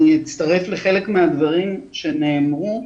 אני מצטרף לחלק מהדברים שנאמרו.